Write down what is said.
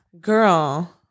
girl